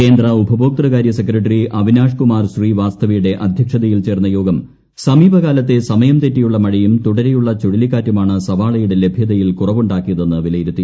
കേന്ദ്ര ഉപഭോക്തൃ കാര്യ സെക്രട്ടറി അവിനാഷ് കുമാർ ശ്രീ വാസ്തവയുടെ അദ്ധ്യക്ഷതയിൽ ചേർന്ന യോഗം സമീപകാലത്തെ സമയം തെറ്റിയുള്ള മഴയും തുടരെയുള്ള ചുഴലിക്കാറ്റുമാണ് സവാളയുടെ ലഭ്യതയിൽ കുറവുണ്ടാക്കിയതെന്ന് വിലയിരുത്തി